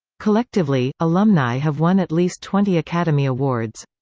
collectively, alumni have won at least twenty academy awards.